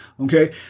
Okay